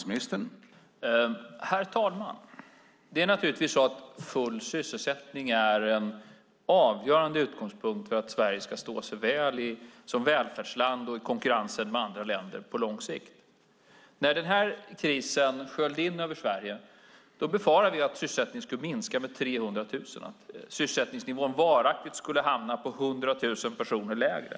Herr talman! Full sysselsättning är en avgörande utgångspunkt för att Sverige ska stå sig väl som välfärdsland och i konkurrensen med andra länder på lång sikt. När denna kris sköljde in över Sverige befarade vi att sysselsättningen skulle minska med 300 000 och att sysselsättningsnivån varaktigt skulle hamna på 100 000 personer lägre.